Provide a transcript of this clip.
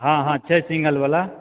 हँ हँ छै सिंगल बला